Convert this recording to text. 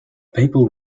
papal